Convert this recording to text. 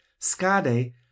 skade